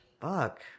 fuck